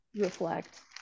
reflect